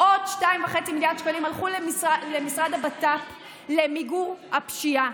עוד 2.5 מיליארד שקלים הלכו למשרד הבט"פ למיגור הפשיעה,